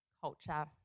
culture